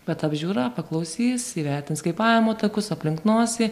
bet apžiūra paklausys įvertins kvėpavimo takus aplink nosį